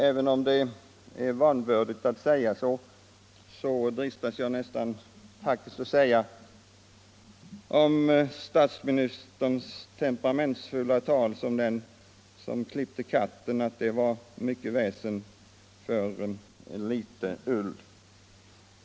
Även om det kan tyckas vanvördigt att uttrycka mig så, dristar jag mig faktiskt att om statsministerns temperamentsfulla tal säga som den som klippte suggan, att det var mycket väsen och litet ull.